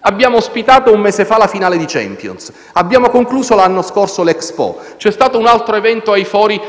abbiamo ospitato un mese fa la finale di Champions e concluso l'anno scorso l'Expo. C'è stato un altro evento ai Fori